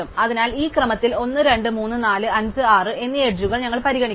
അതിനാൽ ഈ ക്രമത്തിൽ 1 2 3 4 5 6 എന്നീ അരികുകൾ ഞങ്ങൾ പരിഗണിക്കുന്നു